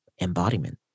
embodiment